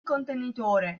contenitore